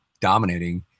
dominating